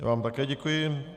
Já vám také děkuji.